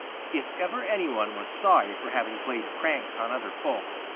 if ever any one was sorry for having played pranks on other folks,